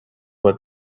what